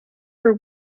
for